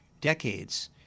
decades